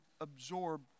absorb